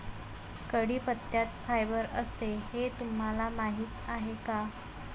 कढीपत्त्यात फायबर असते हे तुम्हाला माहीत आहे का?